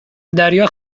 دریا